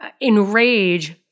enrage